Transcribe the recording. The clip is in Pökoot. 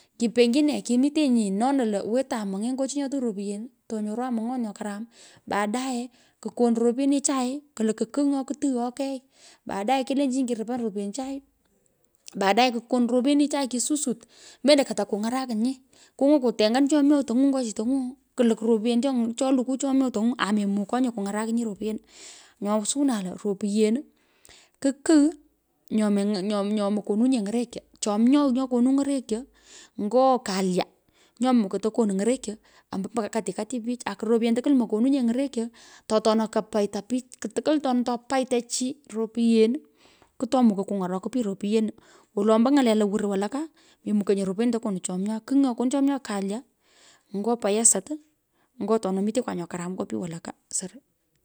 Penyine kimiteny nonai ko wetan mong’ei ngo chi nyo tiny ropiyen to onyorwan mong’ot nyo karam baadae. kukonu ropyenichai. kulukwu kign nyo kutogho kei. Baadae kelenchinyi kirupanyi ropyenichan. Baadae kukonu ropyenichai kisusut. Mendo koto kungarakinyi. kungwin kutengan chomyoi tung’u nyo chutong’u. kulukwu ropyen cho lukwo chomyoi tang’u ame mukonye kung’arak ropyenu. Nyo suwinan lo ropyen ku kigh nyom nyomo kenunye ng’orokyo. Chomyoi nyo kanu ny’orokyo nyo kalya nyo mokoi to konu ny’orokyo nyo kalya nyo mokoi to konu ny’orokonyo ombo katikati pich. oku ropyen tokwu mokonunye ny’orekyo to otona kapaita pich. tukwul to atona to paita chi ropyen ku tomo kuny’orokoi pich ropyenu. wolo. ombo ny’ale lowur ny’ale lowur walaka. memukonye ropyenu to konu chomyoi. Kigh nyo konu chomyoi. kalya nyo payasat ngo atona mitekwa nyo karam nyo pich walaka. soro.